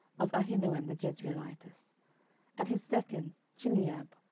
of ahinoam the jezreelitess and his second, chileab,